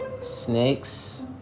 snakes